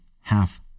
half